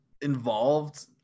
involved